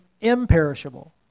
imperishable